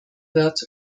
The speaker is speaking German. wird